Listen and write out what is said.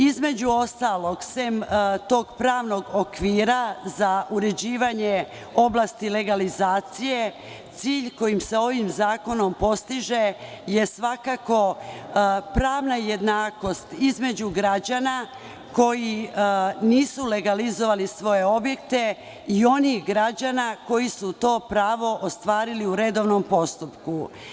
Između ostalog, osim tog pravnog okvira za uređivanje oblasti legalizacije, cilj kojim se ovim zakonom postiže je svakako pravna jednakost između građana koji nisu legalizovali svoje objekte i onih građana koji su to pravo ostvarili u redovnom postupku.